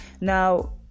Now